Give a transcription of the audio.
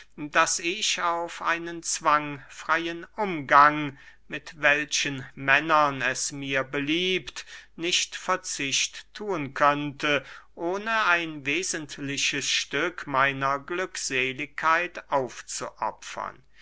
daß ich auf einen zwangfreyen umgang mit welchen männern es mir beliebt nicht verzicht thun könnte ohne ein wesentliches stück meiner glückseligkeit aufzuopfern